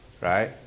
right